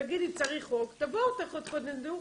תגידי, צריך חוק, תבואו, תחוקקו חוק.